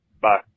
Bye